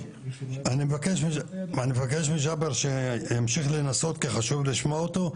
אני מבקש מג'בר שימשיך לנסות כי חשוב לשמוע אותו,